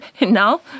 now